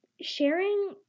sharing